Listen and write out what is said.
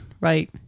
Right